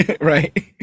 Right